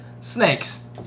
snakes